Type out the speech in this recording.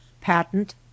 PATENT